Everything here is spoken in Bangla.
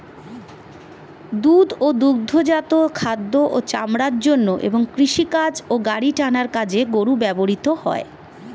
দুধ ও দুগ্ধজাত খাদ্য ও চামড়ার জন্য এবং কৃষিকাজ ও গাড়ি টানার কাজে গরু ব্যবহৃত হয়